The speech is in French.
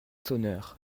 sonneurs